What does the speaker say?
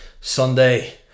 Sunday